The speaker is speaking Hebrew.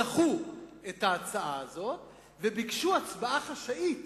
דחו את ההצבעה הזאת וביקשו הצבעה חשאית,